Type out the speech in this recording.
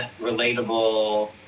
relatable